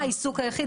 יום.